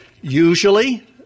Usually